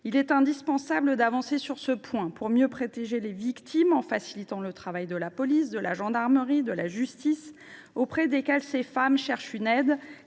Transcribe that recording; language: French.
il est indispensable d’avancer sur ce point pour mieux protéger les victimes. Cela implique de faciliter le travail de la police, de la gendarmerie et de la justice, auprès desquelles les victimes cherchent une aide